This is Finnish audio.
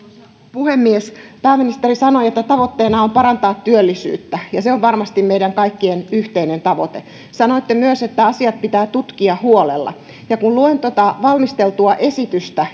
puhemies pääministeri sanoi että tavoitteena on parantaa työllisyyttä ja se on varmasti meidän kaikkien yhteinen tavoite sanoitte myös että asiat pitää tutkia huolella kun luen tuota valmisteltua esitystä